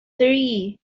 three